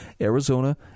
Arizona